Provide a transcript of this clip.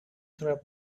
through